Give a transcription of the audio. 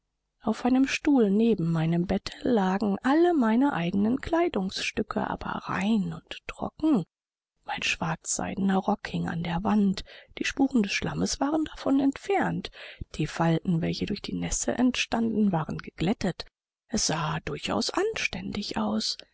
auf einem stuhl neben meinem bette lagen all meine eigenen kleidungsstücke aber rein und trocken mein schwarzseidener rock hing an der wand die spuren des schlammes waren davon entfernt die falten welche durch die nässe entstanden waren geglättet es sah durchaus anständig aus